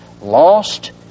lost